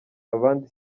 abandi